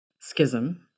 schism